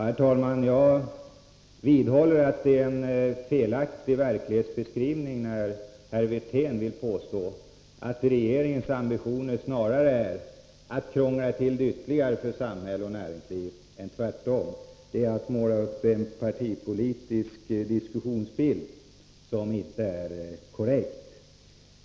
Herr talman! Jag vidhåller att det är en felaktig verklighetsbeskrivning när herr Wirtén påstår att regeringens ambitioner snarare är att krångla till det ytterligare för samhälle och näringsliv än tvärtom. Det är att måla en partipolitisk bild av diskussionen, som inte är korrekt.